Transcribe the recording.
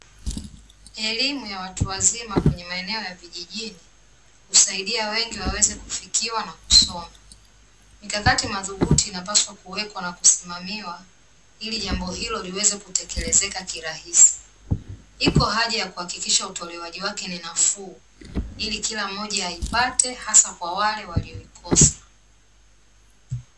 Elimu ya watu wazima kwenye maeneo ya vijijini, husaidia wengi waweze kufikiwa na kusoma. Mkakati madhubuti unapaswa kuwekwa na kusimamiwa, ili jambo hilo liweze kutekelezeka kirahisi. Iko haja ya kuhakikisha utolewaji wake ni nafuu, ili kila mmoja aipate hasa kwa wale waliyoikosa.